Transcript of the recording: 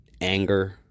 anger